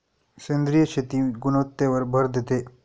सेंद्रिय शेती गुणवत्तेवर भर देते